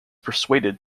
persuaded